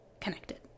connected